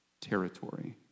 territory